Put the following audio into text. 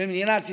במדינת ישראל.